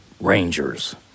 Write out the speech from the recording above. Rangers